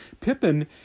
Pippin